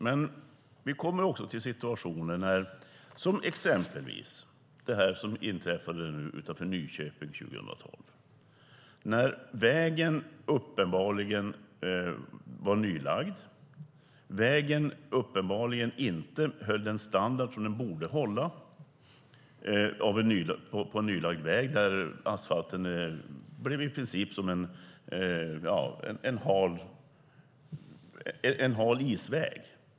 Men vi kommer också till situationer som exempelvis den som inträffade utanför Nyköping 2012 då vägen uppenbarligen var nylagd och uppenbarligen inte höll den standard som en nylagd väg borde hålla. Man kan säga att asfalten i princip blev som en hal isväg.